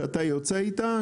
כשאתה יוצא איתה,